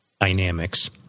dynamics